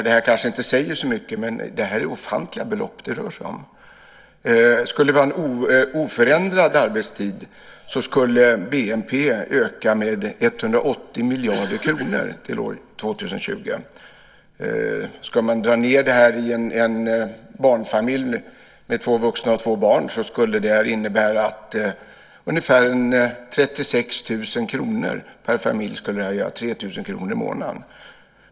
Det kanske inte säger så mycket, men det är ofantliga belopp det rör sig om. Skulle vi ha en oförändrad arbetstid skulle BNP öka med 180 miljarder kronor till år 2020. Drar vi ned detta till en barnfamilj med två vuxna och två barn skulle det innebära ungefär 36 000 kr för denna familj eller 3 000 kr i månaden.